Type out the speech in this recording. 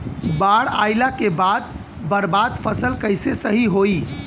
बाढ़ आइला के बाद बर्बाद फसल कैसे सही होयी?